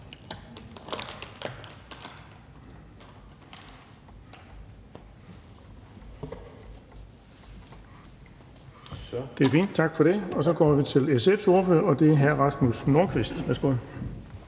Så går vi videre til SF's ordfører, og det er hr. Rasmus Nordqvist. Værsgo.